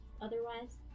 otherwise